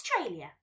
Australia